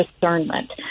discernment